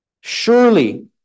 Surely